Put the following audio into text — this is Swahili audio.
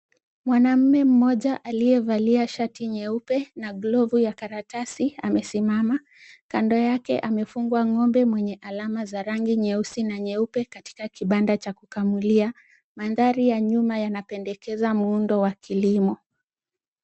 Mwanaume mmoja aliyevalia shati nyeupe na glovu ya karatasi amesimama. Kando yake amefungwa ng'ombe mwenye alama za rangi nyeusi na nyeupe katika kibanda cha kukamulia. Mandhari ya nyuma yanapendekeza muundo wa kilimo.